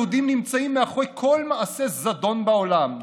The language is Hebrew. יהודים נמצאים מאחורי כל מעשה זדון בעולם,